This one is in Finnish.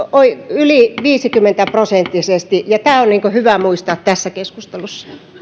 yli viisikymmentä prosenttisesti ja tämä on hyvä muistaa tässä keskustelussa